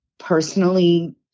Personally